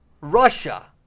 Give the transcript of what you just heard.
Russia